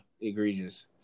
egregious